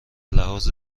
لحاظ